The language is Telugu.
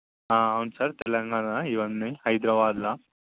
అవును సార్ తెలంగాణల ఇవన్నీ హైదరాబాదులో